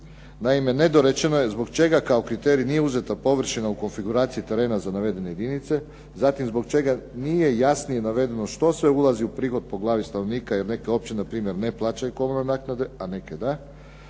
Naime, nedorečeno je zbog čega kao kriterij nije uzeta površina u konfiguraciji terena za navedene jedinice, zatim zbog čega nije jasnije navedeno što sve ulazi u prihod po glavi stanovnika, jer …/Govornik se ne razumije./… npr. ne plaćaju komunalne naknade, a neke da,